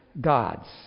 gods